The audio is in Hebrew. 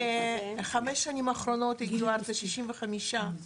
בחמש שנים האחרונות הגיעו ארצה 65 עולים,